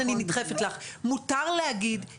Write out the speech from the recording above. אני חושבת שיש לך באמת תפקיד מאוד חשוב בעידוד הדברים.